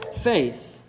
faith